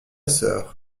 sœur